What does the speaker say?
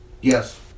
Yes